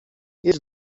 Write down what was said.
jedź